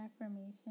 affirmation